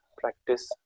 practice